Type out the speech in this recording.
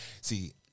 see